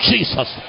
Jesus